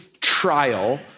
trial